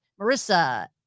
Marissa